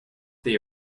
they